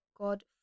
god